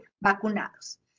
vacunados